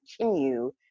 continue